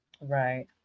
Right